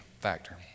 factor